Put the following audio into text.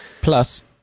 Plus